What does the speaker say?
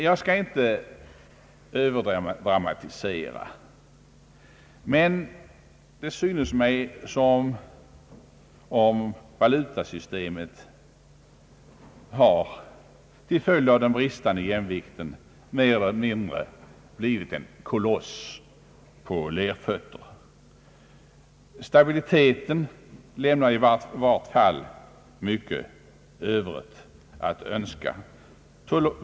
Jag skall inte överdramatisera, men det förfaller mig som om valutasystemet till följd av den bristande jämvikten mer eller mindre har blivit en koloss på lerfötter. Stabiliteten lämnar i varje fall mycket övrigt att önska.